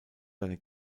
seine